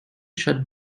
shut